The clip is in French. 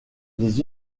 les